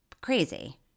crazy